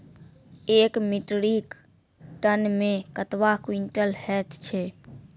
एक metric ton मे कतवा क्वींटल हैत छै?